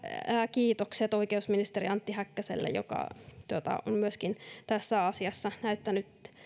kiitokset oikeusministeri antti häkkäselle joka on myöskin tässä asiassa näyttänyt